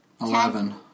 Eleven